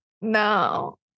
No